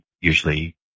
usually